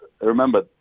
remember